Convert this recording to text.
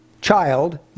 child